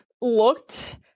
looked